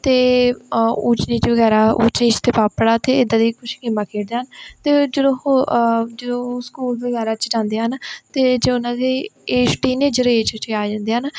ਅਤੇ ਊਚ ਨੀਚ ਵਗੈਰਾ ਊਚ ਨੀਚ ਤੇ ਪਾਪੜਾ ਅਤੇ ਇੱਦਾਂ ਦੀ ਕੁਛ ਗੇਮਾਂ ਖੇਡਦੇ ਹਨ ਅਤੇ ਜਦੋਂ ਉਹ ਜਦੋਂ ਸਕੂਲ ਵਗੈਰਾ 'ਚ ਜਾਂਦੇ ਹਨ ਅਤੇ ਜੋ ਉਹਨਾਂ ਦੀ ਏਜ ਟੀਨਏਜਰ ਏਜ ਵਿੱਚ ਵੀ ਆ ਜਾਂਦੇ ਹਨ